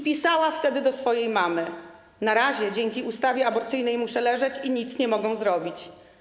Pisała wtedy do swojej mamy: Na razie dzięki ustawie aborcyjnej muszę leżeć i nic nie mogą zrobić.